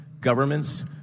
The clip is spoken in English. governments